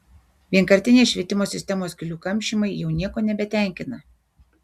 vienkartiniai švietimo sistemos skylių kamšymai jau nieko nebetenkina